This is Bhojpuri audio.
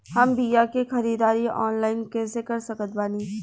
हम बीया के ख़रीदारी ऑनलाइन कैसे कर सकत बानी?